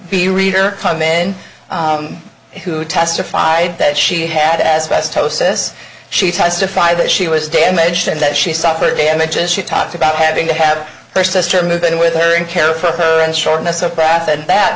b reader come in who testified that she had asbestosis she testified that she was damaged and that she suffered damage and she talked about having to have her sister move in with her and care for her and shortness of breath and that